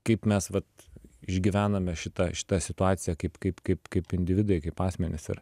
kaip mes vat išgyvename šitą šitą situaciją kaip kaip kaip kaip individai kaip asmenys ir